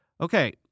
Okay